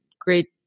great